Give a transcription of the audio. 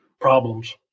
problems